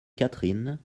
catherine